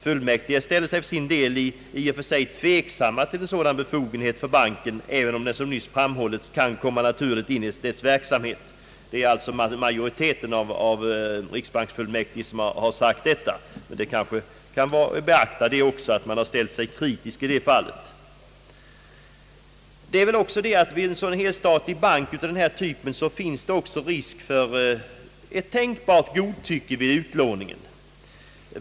Fullmäktige ställer sig för sin del i och för sig tveksamma till en sådan befogenhet för banken även om den som nyss framhållits kan komma naturligt in i dess verksamhet.» Det är alltså riksbanksfullmäktiges majoritet som har sagt detta. Uttalandet bör beaktas. Vid en helstatlig bank av denna typ finns även risk för ett tänkbart godtycke vid utlåningen.